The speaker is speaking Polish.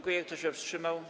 Kto się wstrzymał?